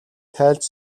тайлж